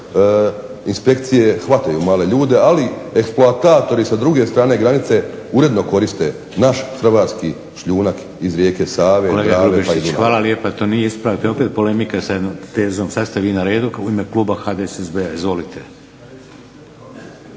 inspekcije hvataju male ljude, ali eksploatatori sa druge strane granice uredno koriste naš hrvatski šljunak iz rijeke Save, Drave, pa i Dunava. **Šeks, Vladimir (HDZ)** Kolega Grubišić, hvala lijepa. To nije ispravak, to je opet polemika sa jednom tezom. Sad ste vi na redu, u ime kluba HDSSB-a. Izvolite.